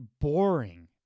boring